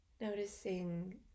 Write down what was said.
Noticing